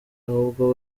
ahubwo